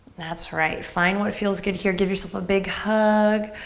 that's right, find what feels good here. give yourself a big hug.